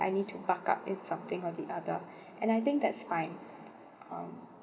that I need to bark up in something or the other and I think that's fine um